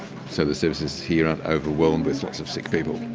so the services here are overwhelmed with lots of sick people.